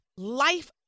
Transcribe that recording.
Life